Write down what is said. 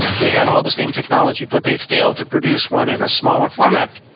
they had all the same technology, but they failed to produce one in a smaller format,